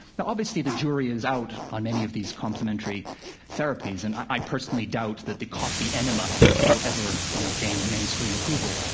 obviously the jury is out on many of these complementary therapies, and i personally doubt that the coffee enema will ever, you know, gain mainstream approval.